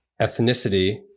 ethnicity